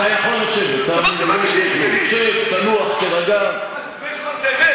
אתה מכחיש, למה אתה מכחיש?